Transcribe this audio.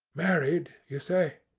married, you say?